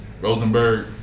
Rosenberg